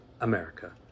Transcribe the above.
America